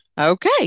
okay